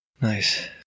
Nice